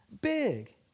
big